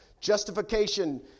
Justification